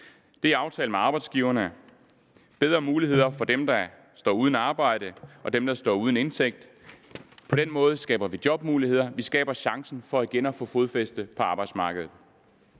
Det er aftalt med arbejdsgiverne, at der skal være bedre mulighed for dem, der står uden arbejde, og for dem, der står uden indtægt. På den måde skaber vi jobmuligheder; vi skaber chancen for igen at få fodfæste på arbejdsmarkedet;